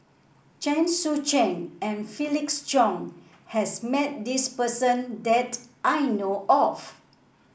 Chen Sucheng and Felix Cheong has met this person that I know of